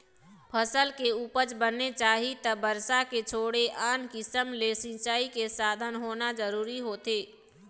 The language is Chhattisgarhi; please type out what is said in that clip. फसल के उपज बने चाही त बरसा के छोड़े आन किसम ले सिंचई के साधन होना जरूरी होथे